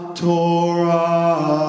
torah